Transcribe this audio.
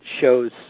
shows